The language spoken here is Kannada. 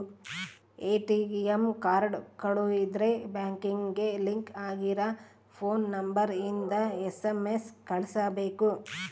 ಎ.ಟಿ.ಎಮ್ ಕಾರ್ಡ್ ಕಳುದ್ರೆ ಬ್ಯಾಂಕಿಗೆ ಲಿಂಕ್ ಆಗಿರ ಫೋನ್ ನಂಬರ್ ಇಂದ ಎಸ್.ಎಮ್.ಎಸ್ ಕಳ್ಸ್ಬೆಕು